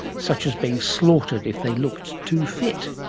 such as being slaughtered if they looked too fit.